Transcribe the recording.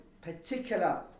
particular